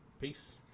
Peace